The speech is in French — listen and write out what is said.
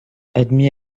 admis